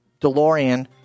DeLorean